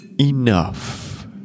enough